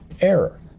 error